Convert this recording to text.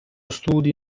studi